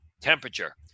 temperature